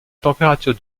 température